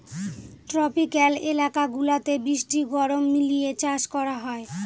tropical এলাকা গুলাতে বৃষ্টি গরম মিলিয়ে চাষ করা হয়